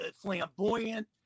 flamboyant